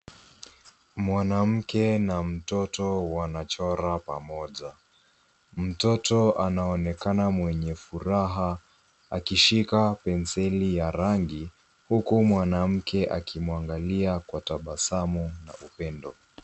Mwanamke na mtoto wanachora pamoja. Mtoto anaonekana mwenye furaha akishika penseli ya rangi, huku mwanamke akimwangalia kwa tabasamu na upendo.